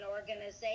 organization